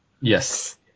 Yes